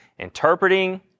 Interpreting